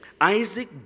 Isaac